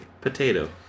Potato